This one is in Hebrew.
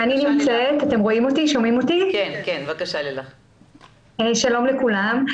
שלום לכולם.